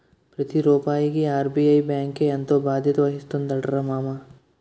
ప్రతి రూపాయికి ఆర్.బి.ఐ బాంకే ఎంతో బాధ్యత వహిస్తుందటరా మామా